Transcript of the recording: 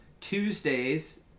Tuesdays